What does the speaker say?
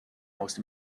most